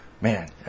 Man